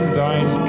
thine